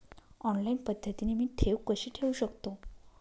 Online पद्धतीने मी ठेव कशी ठेवू शकतो?